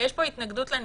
יש פה התנגדות לניסוח.